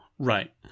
Right